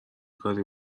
کاری